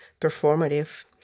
performative